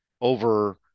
over